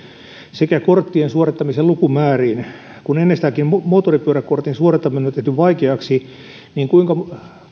sekä korttien suorittamisen lukumääriin kun ennestäänkin moottoripyöräkortin suorittaminen on tehty vaikeaksi niin kuinka